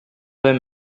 vais